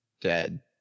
Dead